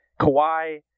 Kawhi